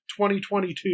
2022